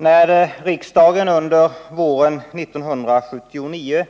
När riksdagen under våren 1979